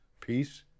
peace